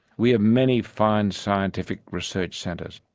we have many fine scientific research centres.